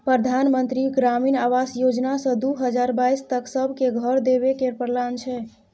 परधान मन्त्री ग्रामीण आबास योजना सँ दु हजार बाइस तक सब केँ घर देबे केर प्लान छै